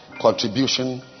contribution